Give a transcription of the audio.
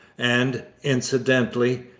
and, incidentally,